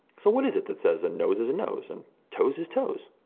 so what is it that says a nose is a nose, and toes is toes?